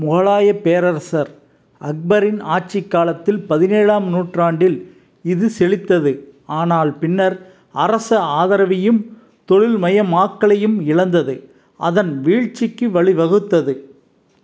முகலாயப் பேரரசர் அக்பரின் ஆட்சிக் காலத்தில் பதினேழாம் நூற்றாண்டில் இது செழித்தது ஆனால் பின்னர் அரசு ஆதரவையும் தொழில்மயமாக்கலையும் இழந்தது அதன் வீழ்ச்சிக்கு வழிவகுத்தது